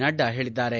ನಡ್ಡಾ ಹೇಳಿದ್ದಾರೆ